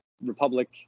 republic